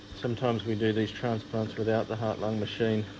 sometimes we do these transplants without the heart lung machine